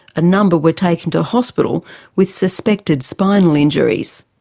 a number were taken to hospital with suspected spinal injuries.